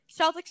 Celtics